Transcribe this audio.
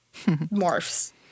morphs